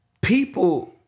people